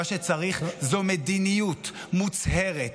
מה שצריך זו מדיניות מוצהרת,